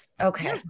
Okay